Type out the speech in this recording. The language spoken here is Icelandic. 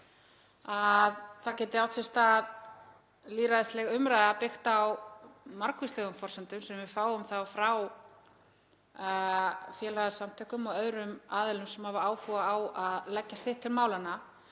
það geti átt sér stað lýðræðisleg umræða, byggð á margvíslegum forsendum sem við fáum frá félagasamtökum og öðrum aðilum sem hafa áhuga á að leggja sitt til málanna.